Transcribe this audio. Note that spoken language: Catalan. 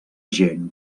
gent